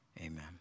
Amen